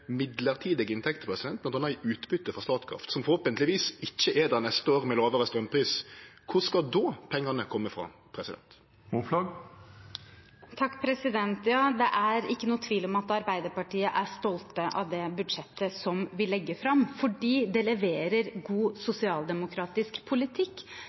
inntekter, bl.a. utbytte frå Statkraft, som forhåpentlegvis ikkje er der neste år med lågare straumpris. Kor skal då pengane kome frå? Det er ikke noen tvil om at Arbeiderpartiet er stolt av det budsjettet som vi legger fram, fordi det leverer god sosialdemokratisk politikk.